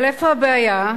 אבל איפה הבעיה?